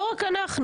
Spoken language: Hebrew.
לא רק אנחנו.